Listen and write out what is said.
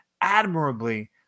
admirably